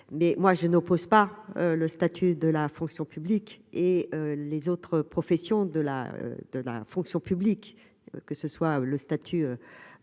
mais moi je n'oppose pas le statut de la fonction publique et les autres professions de la de la fonction publique, que ce soit le statut